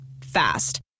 Fast